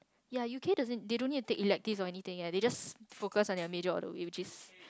yeah you care doesn't they don't need to take elective or anything leh they just focus on your middle of the way which is